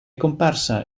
comparsa